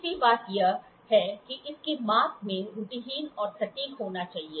तीसरी बात यह है कि इसकी माप में त्रुटिहीन और सटीक होना चाहिए